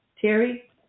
terry